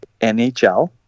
NHL